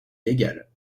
légale